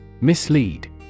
Mislead